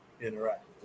interact